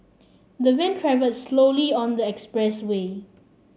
the van travelled slowly on the expressway